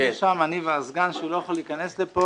היינו שם, אני והסגן, שהוא לא יכול להיכנס לפה.